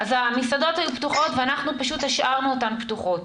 אז המסעדות היו פתוחות ואנחנו פשוט השארנו אותן פתוחות.